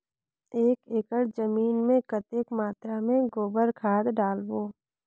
एक एकड़ जमीन मे कतेक मात्रा मे गोबर खाद डालबो?